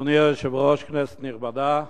אדוני היושב-ראש, כנסת נכבדה,